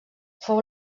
fou